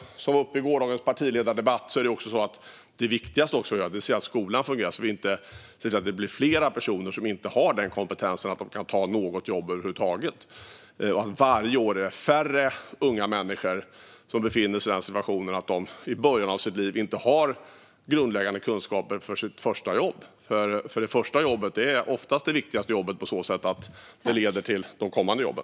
Som togs upp i gårdagens partiledardebatt är det viktigaste också att skolan fungerar så att vi ser till att det inte blir fler personer som inte har kompetensen och inte kan ta något jobb över huvud taget. För varje år ska det vara färre unga människor som befinner sig i den situationen att de i början av sitt liv inte har grundläggande kunskaper för sitt första jobb. Det första jobbet är oftast det viktigaste på så sätt att det leder till de kommande jobben.